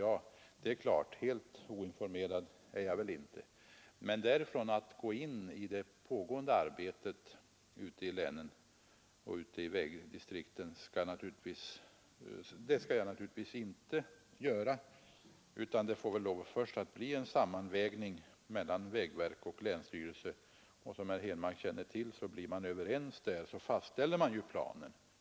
Ja, helt oinformerad är väl jag inte, men gå in i det pågående arbetet ute i länen och ute i vägdistrikten skall jag naturligtvis inte. Det får först bli en sammanvägning mellan vägverk och länsstyrelse, och herr Henmark känner till att om dessa parter blir överens, så fastställer man ju planen.